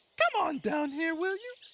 come on down here will you?